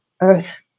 Earth